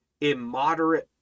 immoderate